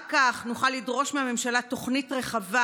רק כך נוכל לדרוש מהממשלה תוכנית רחבה,